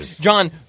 John